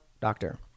doctor